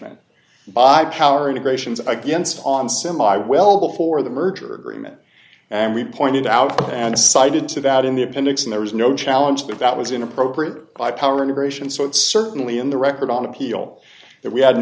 trenchant by power integrations against on semi well before the merger agreement and we pointed out and cited to that in the appendix and there was no challenge that was inappropriate by power integration so it's certainly in the record on appeal that we had an